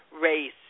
race